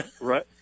Right